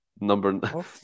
number